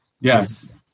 Yes